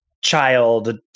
child